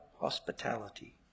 hospitality